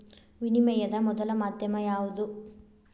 ವಿನಿಮಯದ ಮೊದಲ ಮಾಧ್ಯಮ ಯಾವ್ದು